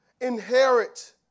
inherit